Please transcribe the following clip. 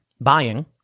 buying